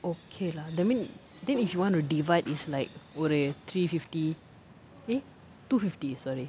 okay lah that mean then if you want to divide it's like ஒரு:oru three fifty eh two fifty sorry